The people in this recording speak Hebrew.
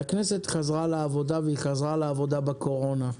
הכנסת חזרה לעבודה בתקופת הקורונה.